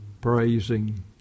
Praising